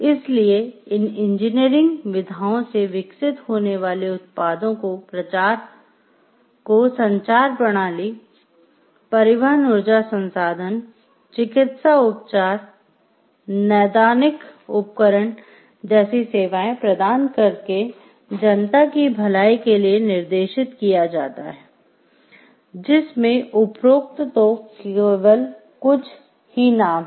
इसलिए इन इंजीनियरिंग विधाओं से विकसित होने वाले उत्पादों को संचार प्रणाली परिवहन ऊर्जा संसाधन चिकित्सा उपचार नैदानिक उपकरण जैसी सेवाएं प्रदान करके जनता की भलाई के लिए निर्देशित किया जाता है जिसमे उपरोक्त तो केवल कुछ ही नाम हैं